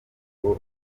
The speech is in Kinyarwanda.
ngo